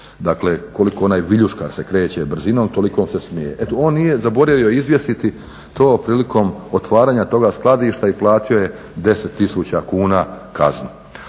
dakle koliko onaj viljuškar se kreće brzinom tolikom se smije. On je zaboravio izvjesiti to prilikom otvaranja toga skladišta i platio je 10 000 kuna kaznu,